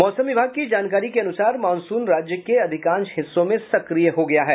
मौसम विभाग की जानकारी के अनुसार मानसून राज्य के अधिकांश हिस्सों में सक्रिय हो गया है